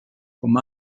com